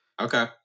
okay